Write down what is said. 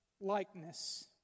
likeness